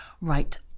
Right